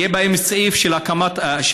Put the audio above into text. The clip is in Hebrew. יהיה בהם סעיף של